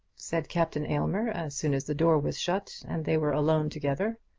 said captain aylmer as soon as the door was shut and they were alone together.